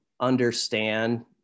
understand